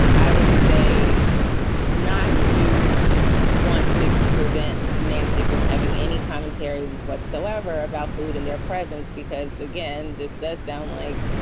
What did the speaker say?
i would say not to want to prevent nancy from having any commentary whatsoever about food in their presence, because, again, this does sound like.